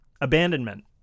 abandonment